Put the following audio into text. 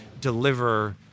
deliver